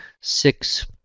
six